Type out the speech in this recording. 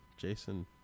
Jason